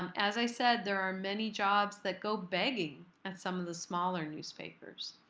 um as i said, there are many jobs that go begging at some of the smaller newspapers.